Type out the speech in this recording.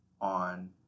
on